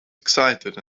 excited